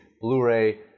Blu-ray